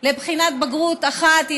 לבחינת בגרות אחת.